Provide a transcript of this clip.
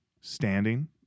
Standing